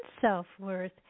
self-worth